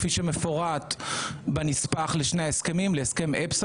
כפי שמפורט בנספח לשני ההסכמים: להסכם EPSA